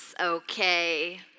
okay